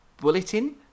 Bulletin